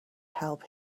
help